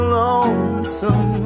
lonesome